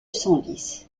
senlis